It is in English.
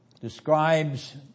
describes